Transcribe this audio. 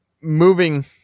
moving